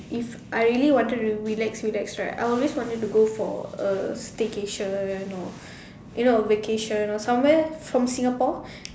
if I really wanted to relax relax right I always wanted to go for a staycation or you know a vacation or somewhere from Singapore